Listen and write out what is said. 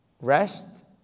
rest